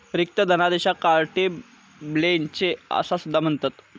रिक्त धनादेशाक carte blanche असा सुद्धा म्हणतत